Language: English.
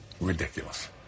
Ridiculous